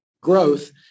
growth